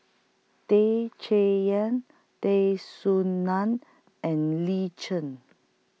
Tay Chay Yan Tay Soo NAN and Lin Chen